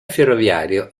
ferroviario